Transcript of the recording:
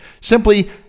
Simply